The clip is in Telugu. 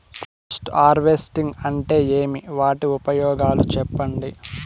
పోస్ట్ హార్వెస్టింగ్ అంటే ఏమి? వాటి ఉపయోగాలు చెప్పండి?